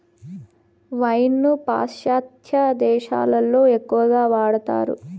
wine ను పాశ్చాత్య దేశాలలో ఎక్కువగా వాడతారు